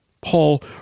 Paul